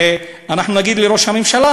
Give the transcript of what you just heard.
ואנחנו נגיד לראש הממשלה,